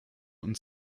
und